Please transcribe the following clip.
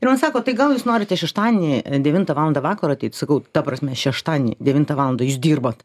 ir man sako tai gal jūs norite šeštadienį devintą valandą vakaro ateit sakau ta prasme šeštadienį devintą valandą jūs dirbat